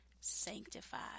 sanctified